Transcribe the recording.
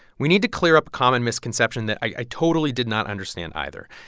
we need to clear up a common misconception that i totally did not understand, either.